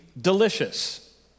delicious